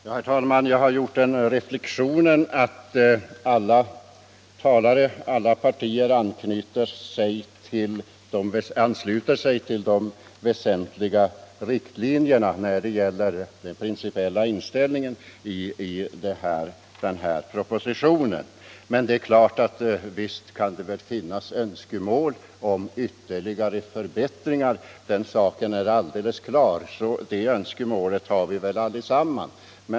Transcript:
Herr talman! Jag har gjort den reflexionen att alla partier ansluter sig till de väsentliga riktlinjerna i fråga om den principiella inställningen i propositionen. Men visst kan det finnas önskemål om ytterligare förbättringar, den saken är alldeles klar. Sådana önskemål har vi väl alla.